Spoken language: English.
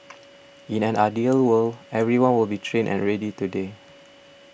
in an ideal world everyone will be trained and ready today